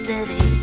City